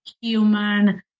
human